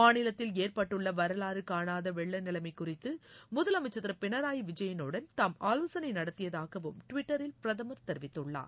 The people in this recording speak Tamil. மாநிலத்தில் ஏற்பட்டுள்ள வரலாறு காணாத வெள்ள நிலைமை குறித்து முதலமைச்சர் திரு பிரனாயி விஜயனுடன் தாம் ஆலோசனை நடத்தியதாகவும் டிவிட்டரில் பிரதமர் தெரிவித்துள்ளார்